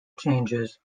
changes